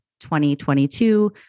2022